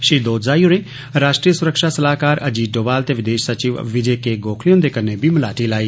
श्री दौदजाई होरें राश्ट्रीय सुरक्षा सलाहकार अजीत डोवाल ते विदेष सचिव विजय के गोखले हुन्दे कन्नै भी मलाटी लाई